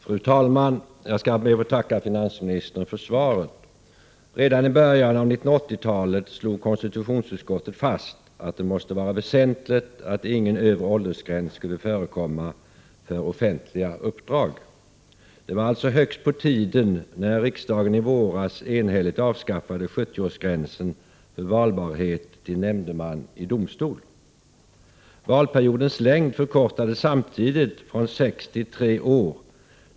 Fru talman! Jag skall be att få tacka finansministern för svaret. Redan i början av 1980-talet slog konstitutionsutskottet fast att det måste vara väsentligt att ingen övre åldersgräns skulle förekomma för offentliga uppdrag. Det var alltså i högsta grad på tiden när riksdagen i våras enhälligt avskaffade 70-årsgränsen för valbarhet till nämndeman i domstol. Valperiodens längd förkortades samtidigt från sex till tre år.